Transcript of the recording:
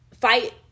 fight